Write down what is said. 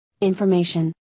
information